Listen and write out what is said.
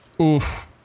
Oof